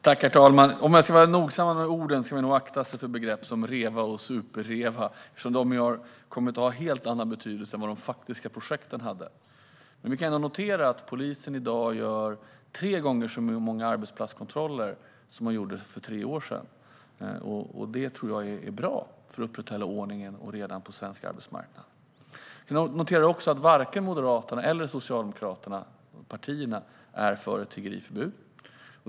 Herr talman! Låt oss akta oss för begreppen Reva och super-Reva eftersom de kom att få en helt annan betydelse än de faktiska projekten. Polisen gör i dag tre gånger så många arbetsplatskontroller som man gjorde för tre år sedan, vilket är bra för att upprätthålla ordning och reda på svensk arbetsmarknad. Varken Moderaterna eller Socialdemokraterna är för ett tiggeriförbud.